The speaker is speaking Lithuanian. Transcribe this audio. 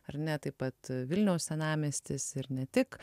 ar ne taip pat vilniaus senamiestis ir ne tik